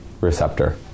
receptor